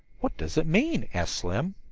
what does it mean? asked slim.